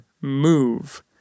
move